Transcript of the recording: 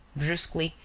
brusquely,